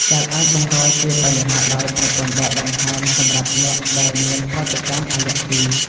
ដែលអាចបង្កជាបញ្ហាដល់ប្រព័ន្ធដកដង្ហើមសម្រាប់អ្នកដែលមានប្រតិកម្មអាឡែហ្ស៊ី។